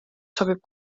soovib